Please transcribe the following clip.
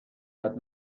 یاد